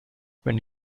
when